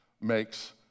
makes